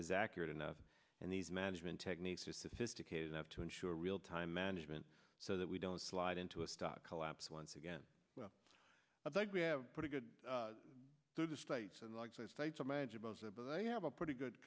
is accurate enough and these management techniques is sophisticated enough to ensure real time management so that we don't slide into a stock collapse once again well i think we have pretty good through the states and states are manageable as a but they have a pretty good